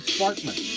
Sparkman